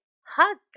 hug